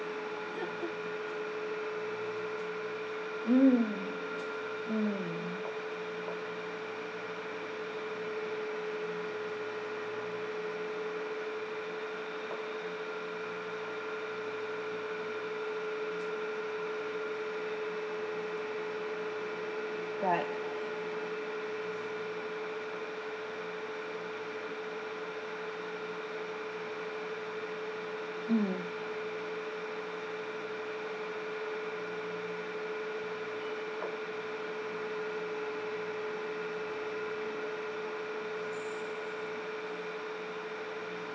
mm mm right mm